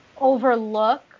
overlook